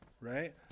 right